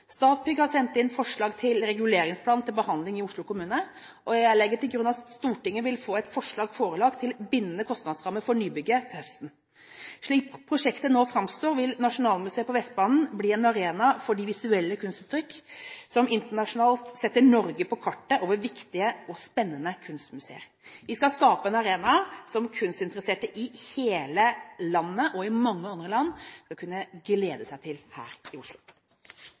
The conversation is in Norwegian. Statsbygg har sendt inn forslag om reguleringsplan til behandling i Oslo kommune, og jeg legger til grunn at et forslag om bindende kostnadsramme for nybygget vil bli forelagt Stortinget til høsten. Slik prosjektet nå framstår, vil Nasjonalmuseet på Vestbanen bli en arena for de visuelle kunstuttrykk, som internasjonalt setter Norge på kartet over viktige og spennende kunstmuseer. Vi skal skape en arena her i Oslo som kunstinteresserte i hele landet – og i mange andre land – skal kunne glede seg til.